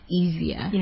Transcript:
easier